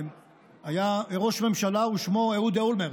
היה ראש ממשלה ששמו אהוד אולמרט,